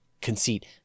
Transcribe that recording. conceit